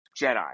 Jedi